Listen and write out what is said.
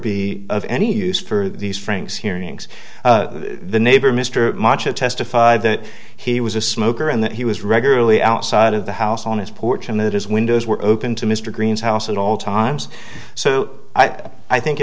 be of any use for these frank's hearings the neighbor mr macho testified that he was a smoker and that he was regularly outside of the house on his porch and that is windows were open to mr green's house at all times so i think